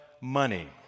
money